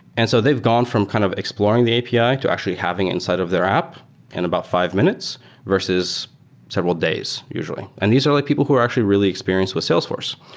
and so they've gone from kind of exploring the api ah to actually having it inside of their app in about five minutes versus several days usually, and these are like people who are actually really experienced with salesforce.